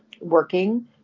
working